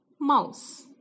mouse